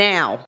Now